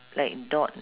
like dot